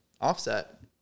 offset